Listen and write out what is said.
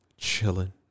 Chilling